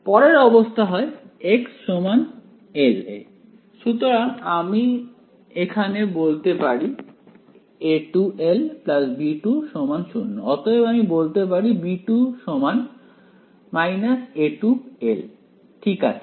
পরের অবস্থা হয় x l এ সুতরাং এখানে আমি বলতে পারি A2l B2 0 অতএব আমি বলতে পারি B2 A2l ঠিক আছে